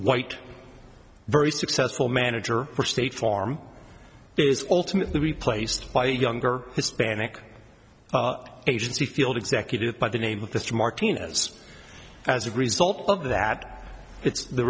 white very successful manager for state farm is alternately replaced by a younger hispanic agency field executive by the name of the martinez as a result of that it's the